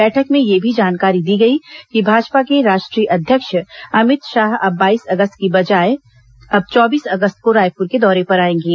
बैठक में यह भी जानकारी दी गई कि भाजपा के राष्ट्रीय अध्यक्ष अभित शाह बाईस अगस्त के बजाए अब चौबीस अगस्त को रायपुर के दौरे पर आएंगे